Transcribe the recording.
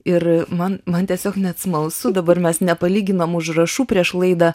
ir man man tiesiog net smalsu dabar mes nepalyginom užrašų prieš laidą